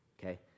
okay